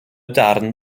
darn